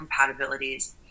compatibilities